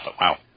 Wow